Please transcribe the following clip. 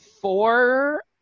four